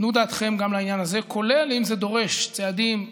תנו דעתכם גם לעניין הזה, כולל אם זה דורש צעדים.